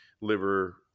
liver